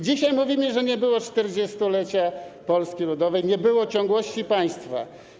Dzisiaj mówimy, że nie było 40 lat Polski Ludowej, nie było ciągłości państwa.